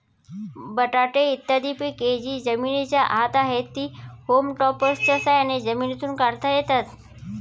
बटाटे इत्यादी पिके जी जमिनीच्या आत आहेत, ती होम टॉपर्सच्या साह्याने जमिनीतून काढता येतात